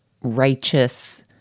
righteous